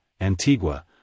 Antigua